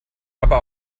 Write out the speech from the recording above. aber